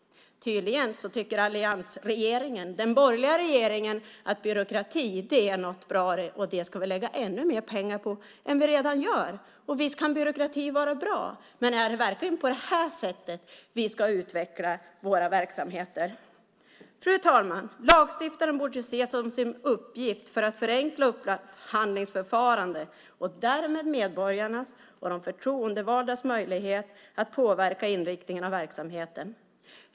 Tydligen tycker alliansregeringen, den borgerliga regeringen, att byråkrati, det är något bra det, och det ska vi lägga ännu mer pengar på än vi redan gör. Visst kan byråkrati vara bra, men är det verkligen på det här sättet vi ska utveckla våra verksamheter? Fru talman! Lagstiftaren borde se som sin uppgift att förenkla upphandlingsförfarandet och därigenom medborgarnas och de förtroendevaldas möjlighet att påverka inriktningen av verksamheten.